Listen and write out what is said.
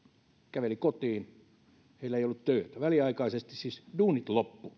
käveli kotiin heillä ei ollut töitä väliaikaisesti siis duunit loppuivat